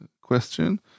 question